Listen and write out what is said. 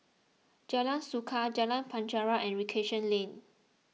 Jalan Suka Jalan Penjara and Recreation Lane